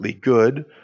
good